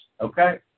Okay